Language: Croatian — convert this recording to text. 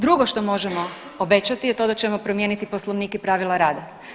Drugo što možemo obećati je to da ćemo promijeniti Poslovnik i pravila rada.